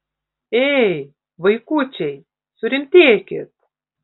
ei vaikučiai surimtėkit